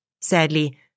Sadly